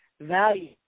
value